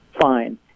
fine